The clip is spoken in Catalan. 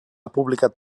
publicat